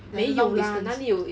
then long distance